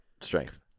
Strength